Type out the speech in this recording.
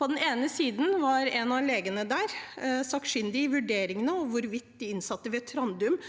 På den ene siden var en av legene der sakkyndig i vurderingene av hvorvidt de innsatte ved Trandum